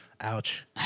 Ouch